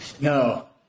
No